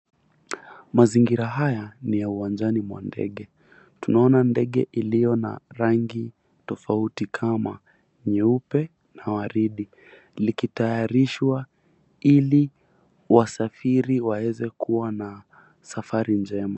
Mazingira haya ni ya uwanjani mwa ndege, tunaona ndege iliyo na rangi tofauti kama nyeupe na waridi likitayarishwa ili wasafiri waweze kuwa na safari njema.